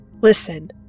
Listen